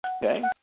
Okay